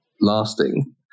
lasting